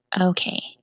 Okay